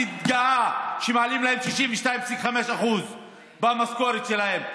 אני גאה שמעלים להם 62.5% במשכורת שלהם.